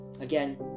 again